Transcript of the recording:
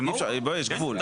אי אפשר, יש גבול.